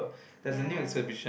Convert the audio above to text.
ya